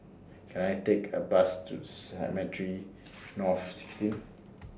Can I Take A Bus to Cemetry North sixteen